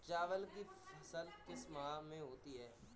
चावल की फसल किस माह में होती है?